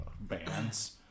bands